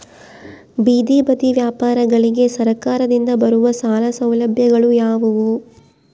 ಬೇದಿ ಬದಿ ವ್ಯಾಪಾರಗಳಿಗೆ ಸರಕಾರದಿಂದ ಬರುವ ಸಾಲ ಸೌಲಭ್ಯಗಳು ಯಾವುವು?